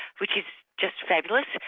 which is just fabulous.